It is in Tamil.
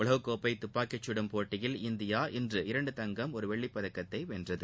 உலகக்கோப்பை தப்பாக்கிச் கடும் போட்டியில் இந்தியா இன்று இரண்டு தங்கம் ஒரு வெள்ளிப் பதக்கத்தை வென்றது